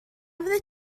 fyddet